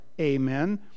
Amen